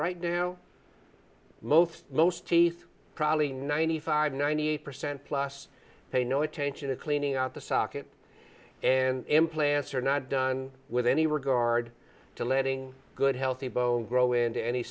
right now most most teeth probably ninety five ninety eight percent plus pay no attention to cleaning out the socket and implants are not done with any regard to letting a good healthy bone grow into any